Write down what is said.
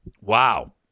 Wow